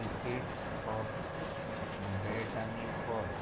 cricket हॉब bat आनी ball